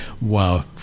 wow